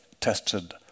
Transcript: tested